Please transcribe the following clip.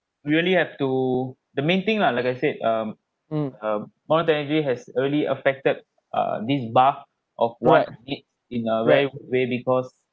we really have to the main thing lah like I said um um modern technology has really affected uh this bar of what needs in a way because